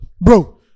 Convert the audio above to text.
bro